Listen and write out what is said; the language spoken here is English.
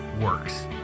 works